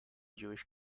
jewish